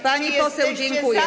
Pani poseł, dziękuję.